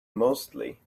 mostly